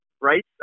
right